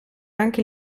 anche